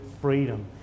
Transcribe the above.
freedom